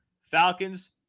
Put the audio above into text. falcons